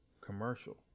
commercial